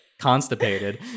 constipated